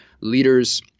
leaders